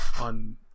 on